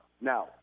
Now